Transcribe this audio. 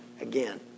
again